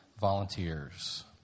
volunteers